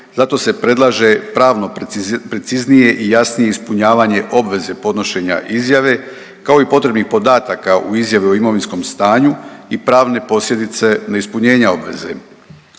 zato se predlaže pravno preciznije i jasnije ispunjavanje obveze podnošenja izjave kao i potrebnih podataka u izjavi o imovinskom stanju i pravne posljedice neispunjenja obveze.